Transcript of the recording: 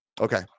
Okay